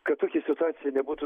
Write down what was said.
kad tokia situacija nebūtų